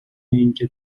اینکه